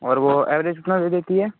और वो अवरेज कितना दे देती है